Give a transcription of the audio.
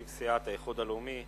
נציג סיעת האיחוד הלאומי,